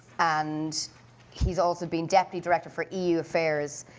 and he's also been deputy director for eu affairs,